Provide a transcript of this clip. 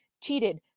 cheated